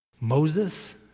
Moses